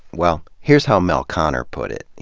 well, here's how mel konner put it.